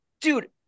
dude